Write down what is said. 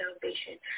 salvation